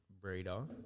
breeder